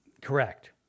Correct